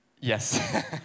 Yes